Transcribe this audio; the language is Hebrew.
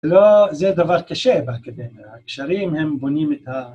לא, ‫זה דבר קשה באקדמיה. ‫הקשרים הם בונים את ה...